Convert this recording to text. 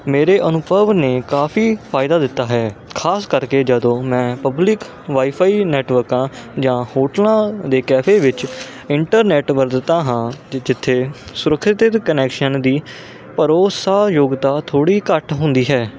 ਮੇਰੇ ਅਨੁਭਵ ਨੇ ਕਾਫ਼ੀ ਫ਼ਾਇਦਾ ਦਿੱਤਾ ਹੈ ਖ਼ਾਸ ਕਰਕੇ ਜਦੋਂ ਮੈਂ ਪਬਲਿਕ ਵਾਈਫਾਈ ਨੈਟਵਰਕਾਂ ਜਾਂ ਹੋਟਲਾਂ ਦੇ ਕੈਫੇ ਵਿੱਚ ਇੰਟਰਨੈਟ ਵਰਤਤਾਂ ਹਾਂ ਜਿੱਥੇ ਸੁਰੱਖਿਅਤ ਕਨੈਕਸ਼ਨ ਦੀ ਭਰੋਸਾਯੋਗਤਾ ਥੋੜ੍ਹੀ ਘੱਟ ਹੁੰਦੀ ਹੈ